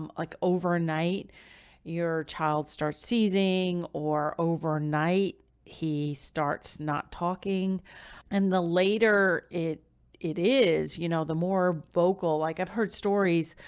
um like overnight your child starts seizing or overnight he starts not talking and the later it it is, you know, the more vocal like i've heard stories.